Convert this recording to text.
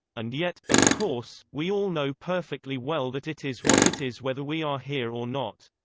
and yet, of course, we all know perfectly well that it is what it is whether we are here or not.